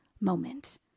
moment